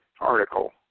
article